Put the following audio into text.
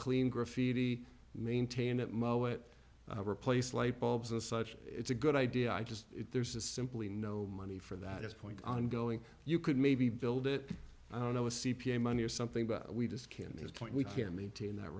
clean graffiti maintained at moet replace light bulbs and such it's a good idea i just there's is simply no money for that as point on going you could maybe build it i don't know a c p a money or something but we just can't just can't we can't maintain that